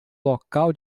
local